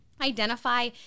identify